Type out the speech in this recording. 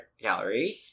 gallery